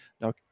now